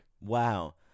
Wow